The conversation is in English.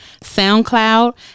SoundCloud